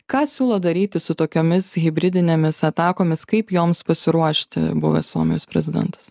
ką siūlo daryti su tokiomis hibridinėmis atakomis kaip joms pasiruošti buvęs suomijos prezidentas